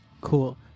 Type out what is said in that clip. Cool